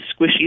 squishy